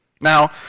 Now